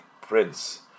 prince